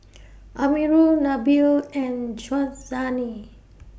Amirul Nabil and Syazwani